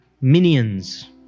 minions